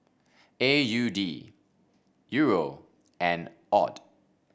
A U D Euro and AUD